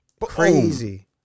Crazy